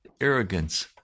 arrogance